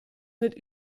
mit